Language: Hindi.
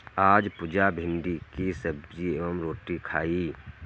आज पुजा भिंडी की सब्जी एवं रोटी खाई